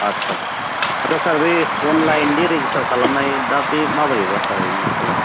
आतसा आतसा सार बे अनलाइन जे रेजिस्टार खालामनाय दा बे माबे एफआ एखौ